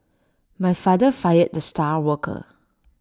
my father fired the star worker